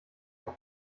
auf